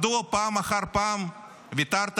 מדוע פעם אחר פעם ויתרת עלינו?